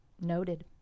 Noted